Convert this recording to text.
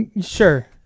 Sure